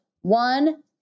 one